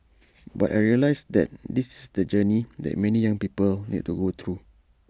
but I realised that this is the journey that many young people need to go through